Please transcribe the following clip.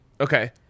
okay